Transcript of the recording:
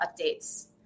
updates